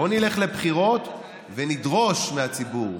בואו נלך לבחירות ונדרוש מהציבור: